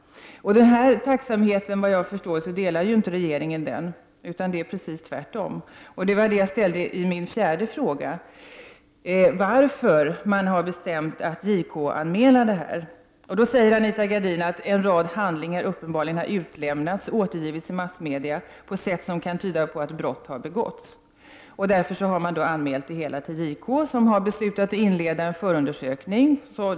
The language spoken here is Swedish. Denna tacksamhet delar inte regeringen, såvitt jag förstår, utan precis tvärtom. Det var det jag tog upp i min fjärde fråga: Varför har man bestämt sig för att JK-anmäla detta? Anita Gradin säger att ”en rad rad handlingar uppenbarligen har utlämnats och återgivits i massmedia på ett sätt som kan tyda på att brott begåtts”. Därför har man anmält det hela till JK, som har beslutat inleda en förundersökning.